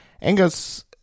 Angus